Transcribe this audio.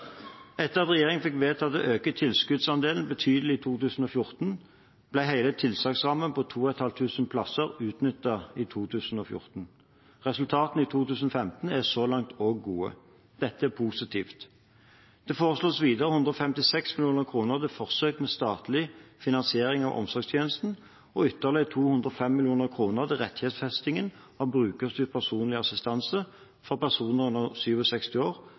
Etter at regjeringen fikk vedtatt å øke tilskuddsandelen betydelig i 2014, ble hele tilsagnsrammen på 2 500 plasser utnyttet i 2014. Resultatene i 2015 er så langt også gode. Dette er positivt. Det foreslås videre 156 mill. kr til forsøk med statlig finansiering av omsorgstjenestene og ytterligere 205 mill. kr til rettighetsfesting av brukerstyrt personlig assistanse for personer under 67 år